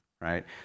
right